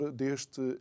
deste